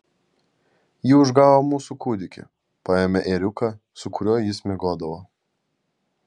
ji užgavo mūsų kūdikį paėmė ėriuką su kuriuo jis miegodavo